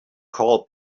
call